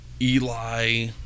Eli